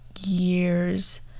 years